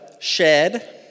Shed